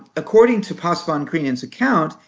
according to pasch van krienen's account,